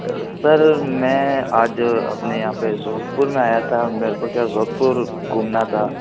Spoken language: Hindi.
सर मैं आज अपने यहाँ पर जोधपुर मे आया था मेरे को क्या जोधपुर घूमना था